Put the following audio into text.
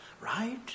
Right